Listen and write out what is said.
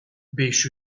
beş